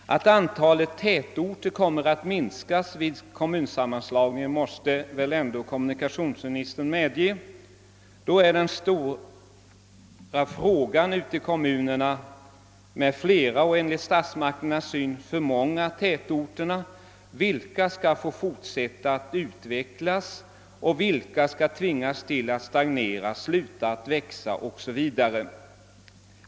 Att antalet tätorter kommer att minskas vid kommunsammanslagningen måste kommunikationsministern väl ändå medge. Den stora frågan i kommuner med flera och enligt statsmakternas mening för många tätorter är då: Vilka skall få fortsätta att utvecklas och vilka skall tvingas stagnera, sluta att växa o.s.v.?